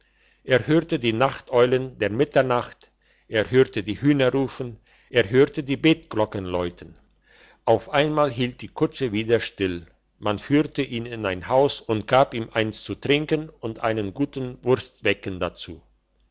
er hörte die nachteulen der mitternacht er hörte die hähne rufen er hörte die betglocken läuten auf einmal hielt die kutsche wieder still man führte ihn in ein haus und gab ihm eins zu trinken und einen guten wurstwecken dazu